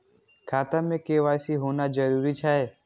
खाता में के.वाई.सी होना जरूरी छै?